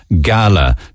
Gala